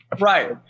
Right